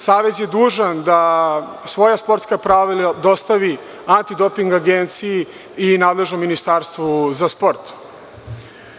Savez je dužan da svoja sportska pravila dostavi Antidoping agenciji i nadležnom ministarstvu za sport.